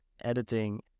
editing